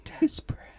desperate